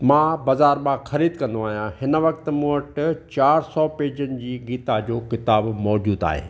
मां बाज़ारि मां ख़रीद कंदो आहियां हिन वक़्तु मूं वटि चारि सौ पेजनि जी गीता जो किताबु मौजूदु आहे